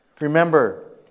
Remember